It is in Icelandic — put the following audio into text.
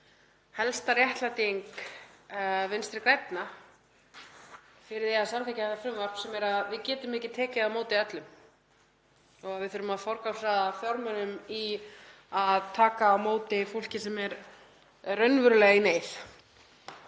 helsta réttlæting Vinstri grænna fyrir því að samþykkja þetta frumvarp, en það eru þau rök að við getum ekki tekið á móti öllum og við þurfum að forgangsraða fjármunum í að taka á móti fólki sem er raunverulega í neyð